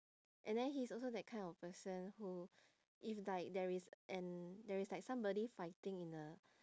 and then he's also that kind of person who if like there is an there is like somebody fighting in a